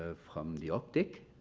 ah from the optic,